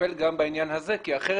לטפל גם בעניין הזה כי אחרת,